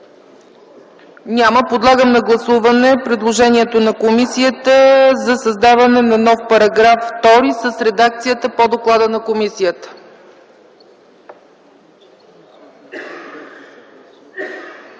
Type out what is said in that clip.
Няма. Подлагам на гласуване предложението на комисията за създаване на нов § 2 с редакцията по доклада на комисията.